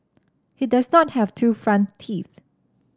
he does not have two front teeth